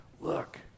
look